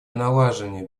налаживания